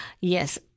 Yes